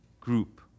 group